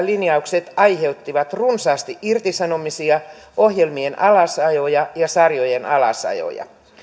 linjaukset aiheuttivat runsaasti irtisanomisia ohjelmien alasajoja sarjojen alasajoja